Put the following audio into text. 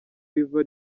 riva